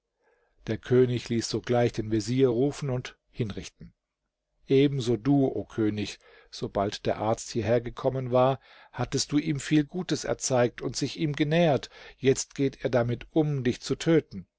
der könig ließ sogleich den vezier rufen und hinrichten ebenso du o könig sobald der arzt hierher gekommen war hattest du ihm viel gutes erzeigt und dich ihm genähert jetzt geht er damit um dich zu töten